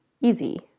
easy